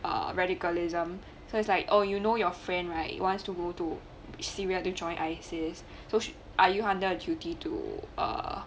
err radicalism so its like oh you know your friend right wants to go to Syria to join ISIS so she are you harbour a duty to err